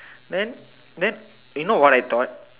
then then you know what I thought